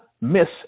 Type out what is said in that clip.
Miss